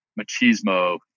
machismo